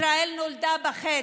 ישראל נולדה בחטא,